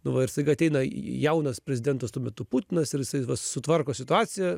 nu va ir staiga ateina jaunas prezidentas tuo metu putinas ir jisai va sutvarko situaciją